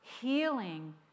healing